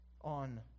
on